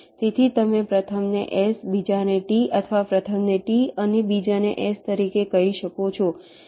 તેથી તમે પ્રથમને S બીજાને T અથવા પ્રથમને T અને બીજાને S તરીકે કહી શકો છો